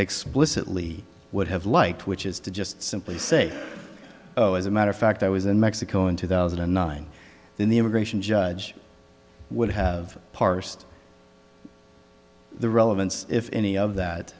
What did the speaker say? explicitly would have liked which is to just simply say oh as a matter of fact i was in mexico in two thousand and nine in the immigration judge would have parsed the relevance if any of that